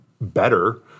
better